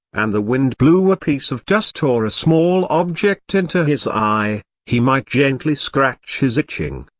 and the wind blew a piece of dust or a small object into his eye, he might gently scratch his itching,